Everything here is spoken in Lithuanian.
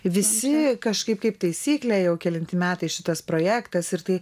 visi kažkaip kaip taisyklė jau kelinti metai šitas projektas ir tai